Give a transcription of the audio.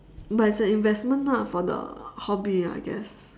but it's an investment lah for the hobby I guess